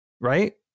right